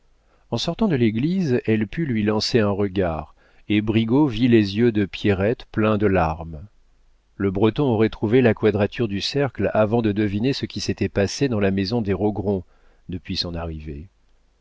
en sortant de l'église elle put lui lancer un regard et brigaut vit les yeux de pierrette pleins de larmes le breton aurait trouvé la quadrature du cercle avant de deviner ce qui s'était passé dans la maison des rogron depuis son arrivée